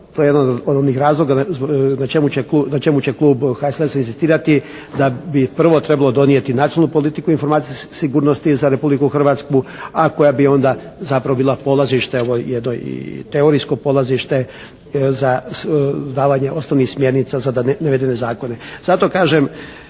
to je jedan od onih razloga na čemu će klub HSLS-a inzistirati, da bi prvo trebalo donijeti nacionalnu politiku informacijske sigurnosti za Republiku Hrvatsku a koja bi onda zapravo bila polazište, jedno teorijsko polazište za davanje osnovnih smjernica za navedene zakone. Zato kažem